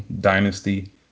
dynasty